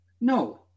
No